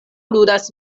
ludas